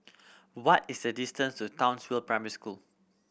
what is the distance to Townsville Primary School